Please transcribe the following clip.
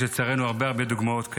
יש, לצערנו, הרבה הרבה דוגמאות כאלו.